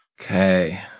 Okay